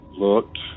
looked